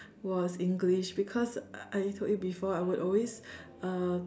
was English because I told you before I would always uh